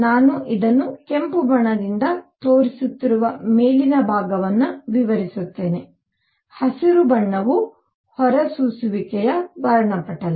ನಾನು ಇದನ್ನು ಕೆಂಪು ಬಣ್ಣದಿಂದ ತೋರಿಸುತ್ತಿರುವ ಮೇಲಿನ ಭಾಗವನ್ನು ವಿವರಿಸುತ್ತೇನೆ ಹಸಿರು ಬಣ್ಣ ಹೊರಸೂಸುವಿಕೆ ವರ್ಣಪಟಲ